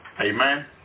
Amen